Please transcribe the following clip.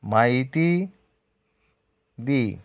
म्हायती दी